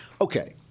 Okay